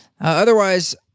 Otherwise